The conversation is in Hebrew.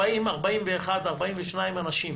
40, 41, 42 אנשים